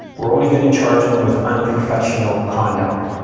we're only gonna charge them with unprofessional conduct.